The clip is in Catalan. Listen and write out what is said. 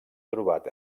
trobat